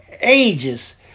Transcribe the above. ages